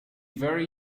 very